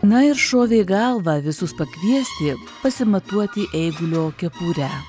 na ir šovė į galvą visus pakviesti pasimatuoti eigulio kepurę